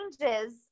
changes